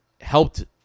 helped